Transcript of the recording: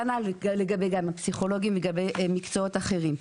כנ"ל גם לגבי הפסיכולוגים ומקצועות אחרים.